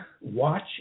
Watch